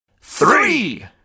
three